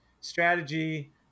strategy